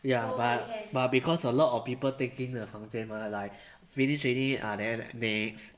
ya but but because a lot of people taking the 房间 mah like finish already ah then next